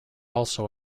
also